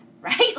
right